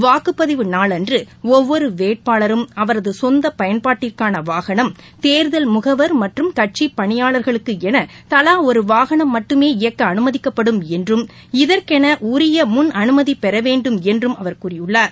வாக்குப் பதிவு நாள் அன்று ஒவ்வொரு வேட்பாளரும் அவரது சொந்த பயன்பாட்டிற்கான வாகனம் தேர்தல் முகவர் மற்றும் கட்சி பணியாளர்களுக்கு என தவா ஒரு வாகனம் மட்டுமே இயக்க அனுமதிக்கப்படும் என்றும் இதற்கென உரிய முன் அனுமதி பெற வேண்டும் என்றும் அவர் கூறியுள்ளார்